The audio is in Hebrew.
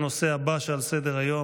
אנחנו עוברים לנושא הבא שעל סדר-היום,